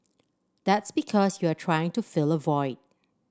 that's because you're trying to fill a void